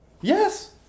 Yes